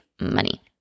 money